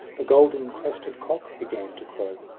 the golden-crested cock began to crow.